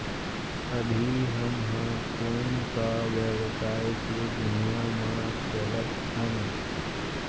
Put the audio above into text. अभी हम ह कोन सा व्यवसाय के दुनिया म चलत हन?